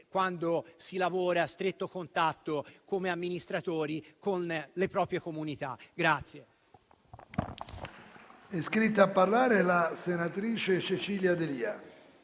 quando si lavora a stretto contatto, come amministratori, con le proprie comunità.